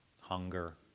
hunger